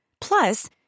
Plus